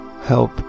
help